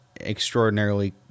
extraordinarily